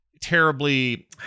terribly